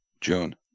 June